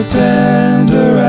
tender